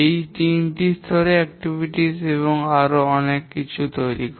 এগুলি 3 স্তরের কার্যক্রম এবং আরও অনেক কিছু তৈরি করে